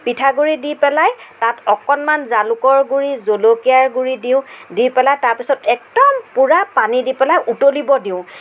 পিঠা গুড়ি দি পেলাই তাত অকণমান জালুকৰ গুড়ি জলকীয়াৰ গুড়ি দিওঁ দি পেলাই তাৰ পিছত একদম পূৰা পানী দি পেলাই উতলিব দিওঁ